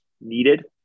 needed